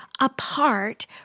apart